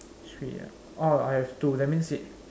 three ah orh I have two that means it